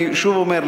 אני שוב אומר,